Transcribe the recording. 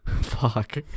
fuck